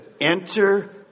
enter